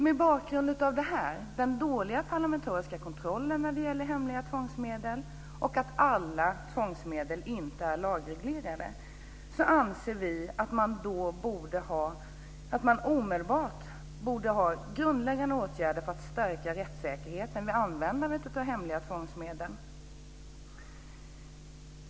Mot bakgrund av den dåliga parlamentariska kontrollen när det gäller hemliga tvångsmedel och att alla tvångsmedel inte är lagreglerade anser vi att det borde omedelbart vidtas grundläggande åtgärder för att stärka rättssäkerheten vid användandet av hemliga tvångsmedel.